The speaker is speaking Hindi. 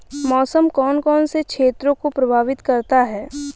मौसम कौन कौन से क्षेत्रों को प्रभावित करता है?